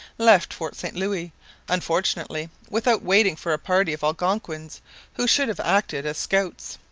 left fort saint-louis, unfortunately without waiting for a party of algonquins who should have acted as scouts.